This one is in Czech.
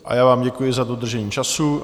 A já vám děkuji za dodržení času.